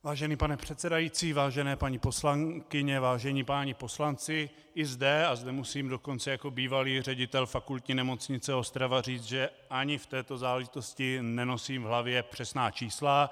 Vážený pane předsedající, vážené paní poslankyně, vážení páni poslanci, i zde a zde musím dokonce jako bývalý ředitel Fakultní nemocnice Ostrava říci, že ani v této záležitosti nenosím v hlavě přesná čísla.